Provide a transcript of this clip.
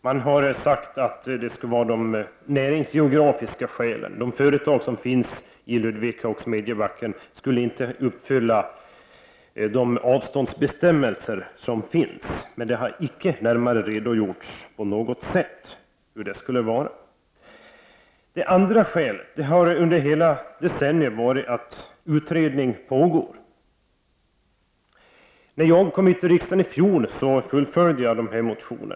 Man har anfört näringsgeografiska skäl. De företag som finns i Ludvika och Smedjebacken skulle inte uppfylla de avståndsbestämmelser som finns. Men det har icke på något sätt närmare redogjorts för hur detta skulle gått till. Ett annat skäl har under hela decenniet varit att utredning pågår. När jag kom till riksdagen förra året fullföljde jag dessa motioner.